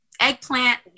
eggplant